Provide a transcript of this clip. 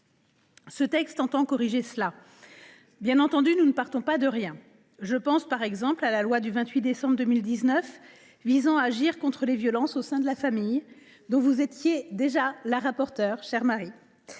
texte entend corriger cela. Bien entendu, nous ne partons pas de rien. Je pense par exemple à la loi du 28 décembre 2019 visant à agir contre les violences au sein de la famille, dont vous étiez déjà la rapporteure, chère Marie